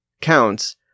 counts